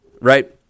right